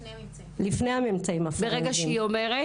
לפני הממצאים הפורנזיים.